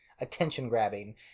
attention-grabbing